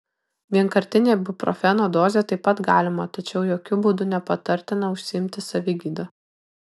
vienkartinė ibuprofeno dozė taip pat galima tačiau jokiu būdu nepatartina užsiimti savigyda